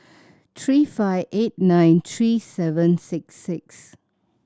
three five eight nine three seven six six